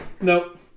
Nope